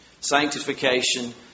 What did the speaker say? sanctification